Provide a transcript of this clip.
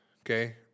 okay